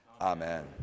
Amen